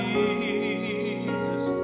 Jesus